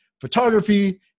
photography